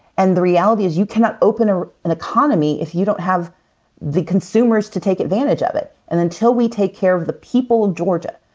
and the reality is you cannot open ah an economy if you don't have the consumers to take advantage of it. and until we take care of the people of georgia,